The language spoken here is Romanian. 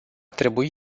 trebui